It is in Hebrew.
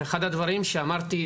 זה אחד הדברים שאמרתי,